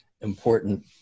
important